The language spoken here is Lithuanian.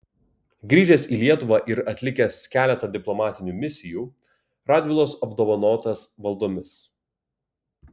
grįžęs į lietuvą ir atlikęs keletą diplomatinių misijų radvilos apdovanotas valdomis